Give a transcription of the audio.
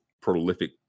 prolific